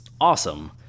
awesome